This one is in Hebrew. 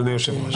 אדוני היושב-ראש.